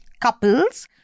couples